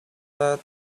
that